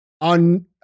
on